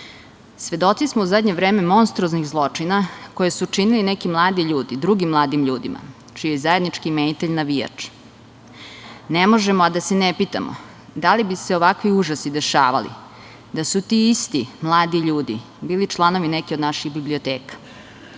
kulture. Svedoci smo u zadnje vreme monstruoznih zločina koje su činili neki mladi ljudi drugim mladim ljudima, čiji je zajednički imenitelj navijač. Ne možemo a da se ne pitamo da li bi se ovakvi užasi dešavali da su ti isti mladi ljudi bili članovi neke od naših biblioteka,